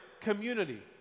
community